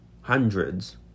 hundreds